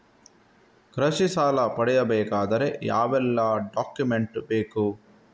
ಕೃಷಿ ಸಾಲ ಪಡೆಯಬೇಕಾದರೆ ಯಾವೆಲ್ಲ ಡಾಕ್ಯುಮೆಂಟ್ ಬೇಕು?